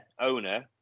owner